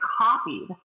copied